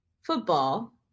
football